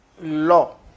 law